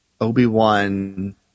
Obi-Wan